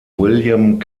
william